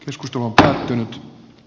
joskus tuopin